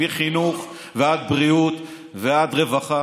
מחינוך ועד בריאות ועד רווחה,